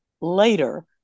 later